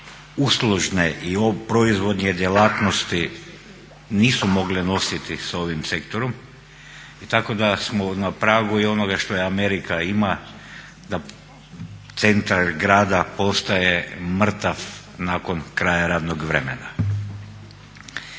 uslužne i proizvodne djelatnosti nisu mogle nositi sa ovim sektorom. I tako da smo na pragu i onoga što Amerika ima da centar grada postaje mrtav nakon kraja radnog vremena.